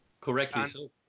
Correctly